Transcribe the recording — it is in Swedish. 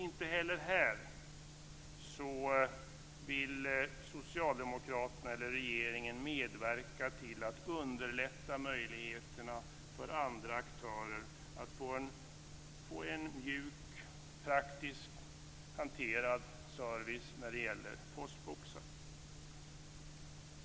Inte heller här vill socialdemokraterna eller regeringen medverka till att underlätta för andra aktörer att få en mjuk och praktisk service när det gäller postboxar.